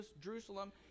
Jerusalem